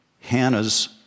Hannah's